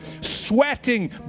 sweating